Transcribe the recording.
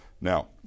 Now